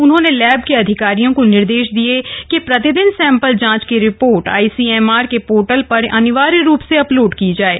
उन्होंने लैब के अधिकारियों को निर्देश दिए कि प्रतिदिन सैंपल जांच की रिपोर्ट आईसीएमआर के पोर्टल पर अनिवार्य रुप से अपलोड की जाये